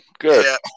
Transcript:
Good